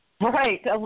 right